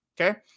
Okay